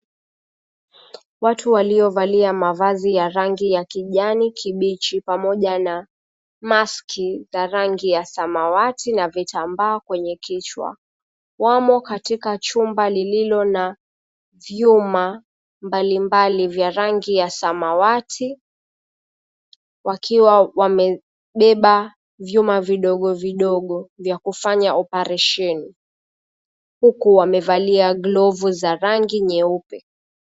Watu waliovalia mavazi ya rangi ya kijani kibichi pamoja na maski za rangi ya samawati na vitambaa kwenye kichwa, wamo katika chumba lililo na vyuma mbalimbali vya rangi ya samawati, wakiwa wamebeba vyuma vidogo vidogo vya kufanya operesheni. Huku wamevalia glovu za rangi nyeupe.